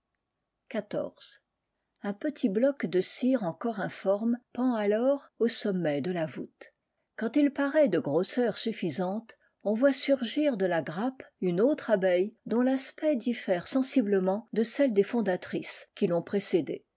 un petit bloc de cire encore informe pend alors au sommet de la voûte quand il paraît de grosseur suffisante on voit surgir de la grappe une autre abeille dont l'aspect diffère sensiblement de celle des fondatrices qui l'ont précédée